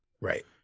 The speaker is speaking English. Right